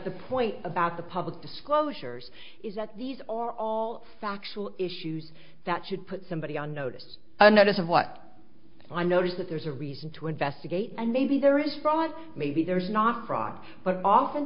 the point about the public disclosures is that these are all factual issues that should put somebody on notice a notice of what i notice that there's a reason to investigate and maybe there is fraud maybe there's not fraud but